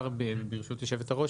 ברשות יושבת הראש,